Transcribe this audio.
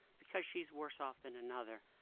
because she's worse off than another,